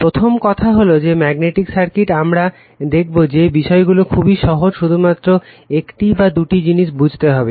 প্রথম কথা হল যে ম্যাগনেটিক সার্কিট আমরা দেখবো যে বিষয়গুলো খুবই সহজ শুধুমাত্র একটি বা দুটি জিনিস বুঝতে হবে